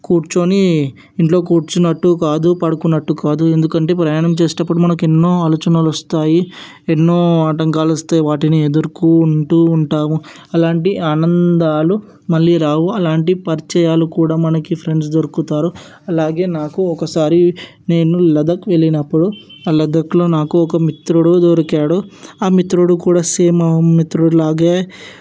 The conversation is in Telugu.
కూర్చొని ఇంట్లో కూర్చున్నట్టు కాదు పడుకున్నట్టు కాదు ఎందుకంటే ప్రయాణం చేసేటప్పుడు మనకు ఎన్నో ఆలోచనలు వస్తాయి ఎన్నో ఆటంకాలు వస్తాయి వాటిని ఎదుర్కొంటూ ఉంటూ ఉంటాము అలాంటి ఆనందాలు మళ్ళీ రావు అలాంటి పరిచయాలు కూడా మనకి ఫ్రెండ్స్ దొరుకుతారు అలాగే నాకు ఒకసారి నేను లదక్ వెళ్ళినప్పుడు ఆ లదక్లో నాకు ఒక మిత్రుడు దొరికాడు ఆ మిత్రుడు కూడా సేమ్ మా మిత్రుడి లాగే